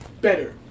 better